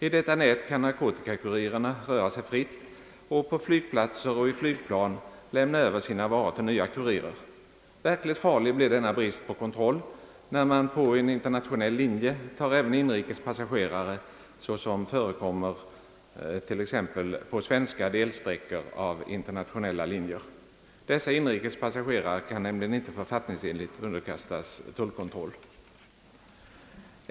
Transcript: I detta nät kan narkotikakurirerna röra sig fritt och på flygplatser och i flygplan lämna över sina varor till nya kurirer. Verkligt farlig blir denna brist på kontroll när man på en internationell linje tar även inrikes passagerare, såsom förekommer t.ex. på svenska delsträckor av internationella linjer. Dessa inrikes passagerare kan nämligen inte författningsenligt underkastas tullkontroll.